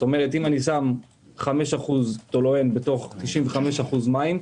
כלומר אם אני שם 5% טולוהין בתוך 95% מים,